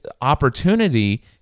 opportunity